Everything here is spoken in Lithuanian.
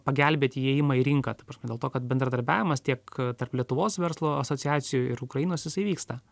pagelbėt įėjimą į rinką ta prasme dėl to kad bendradarbiavimas tiek tarp lietuvos verslo asociacijų ir ukrainos jisai vyksta